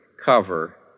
cover